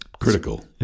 critical